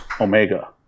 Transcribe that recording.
Omega